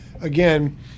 again